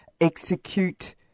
execute